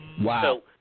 Wow